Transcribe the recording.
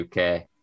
UK